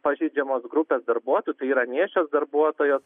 pažeidžiamos grupės darbuotojų tai yra nėščios darbuotojos